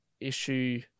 issue